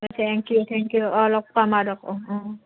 thank you thank you অঁ লগ পাম অঁ